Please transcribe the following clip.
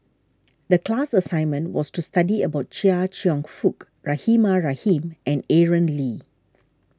the class assignment was to study about Chia Cheong Fook Rahimah Rahim and Aaron Lee